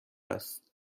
است